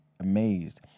amazed